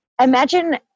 imagine